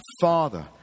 Father